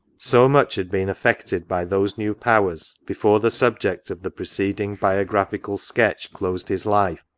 so much had been effected by those new powers, before the subject of the preceding biographical sketch closed his life,